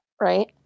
right